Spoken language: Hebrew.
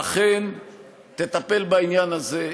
שאכן תטפל בעניין הזה.